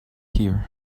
here